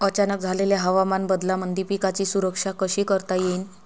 अचानक झालेल्या हवामान बदलामंदी पिकाची सुरक्षा कशी करता येईन?